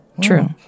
True